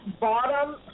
bottom